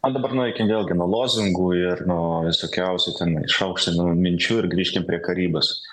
o dabar nueikim vėlgi nuo lozungų ir nuo visokiausių tenai išaukštinamų minčių ir grįžtim prie karybos